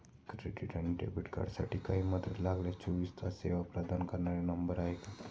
Credit आणि debit कार्डसाठी काही मदत लागल्यास चोवीस तास सेवा प्रदान करणारा नंबर आहे का?